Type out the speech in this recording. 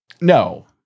No